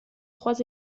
trois